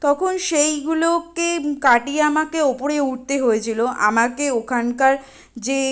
তখন সেইগুলোকে কাটিয়ে আমাকে ওপরে উঠতে হয়েছিলো আমাকে ওখানকার যে